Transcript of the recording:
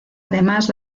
además